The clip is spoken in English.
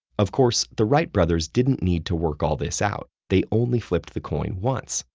of course, the wright brothers didn't need to work all this out they only flipped the coin once,